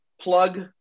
plug